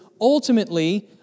ultimately